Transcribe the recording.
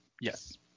Yes